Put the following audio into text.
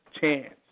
chance